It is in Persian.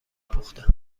پخته